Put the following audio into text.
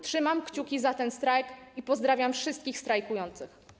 Trzymam kciuki za ten strajk i pozdrawiam wszystkich strajkujących.